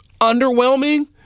underwhelming